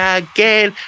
again